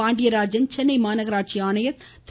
பாண்டியராஜன் சென்னை மாநகராட்சி ஆணையர் திரு